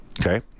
Okay